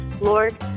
Lord